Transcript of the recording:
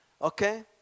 okay